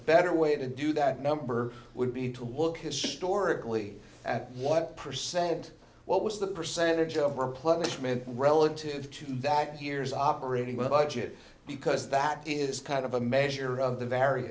better way to do that number would be to look historically at what percent what was the percentage of replenishment relative to that hears operating budget because that is kind of a measure of the v